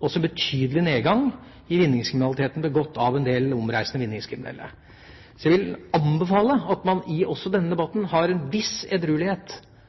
også en betydelig nedgang i vinningskriminaliteten, begått av en del omreisende vinningskriminelle. Så jeg vil anbefale at man også i denne debatten viser en viss edruelighet